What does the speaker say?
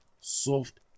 soft